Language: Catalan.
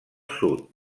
sud